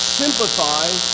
sympathize